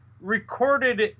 recorded